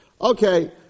Okay